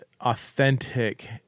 authentic